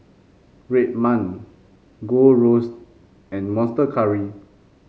Red Man Gold Roast and Monster Curry